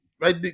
right